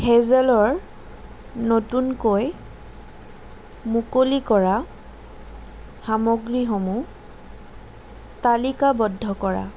হেজেলৰ নতুনকৈ মুকলি কৰা সামগ্ৰীসমূহ তালিকাবদ্ধ কৰা